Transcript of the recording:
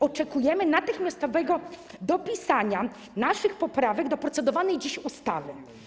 Oczekujemy natychmiastowego dopisania naszych poprawek do procedowanej dziś ustawy.